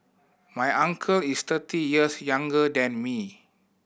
my uncle is thirty years younger than me